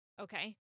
okay